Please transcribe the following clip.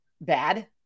Bad